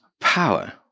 power